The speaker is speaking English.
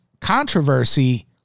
controversy